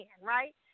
right